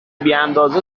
بیاندازه